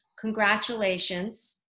Congratulations